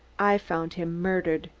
i found him murdered.